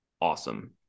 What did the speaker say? awesome